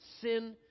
Sin